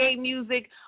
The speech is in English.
music